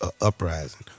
uprising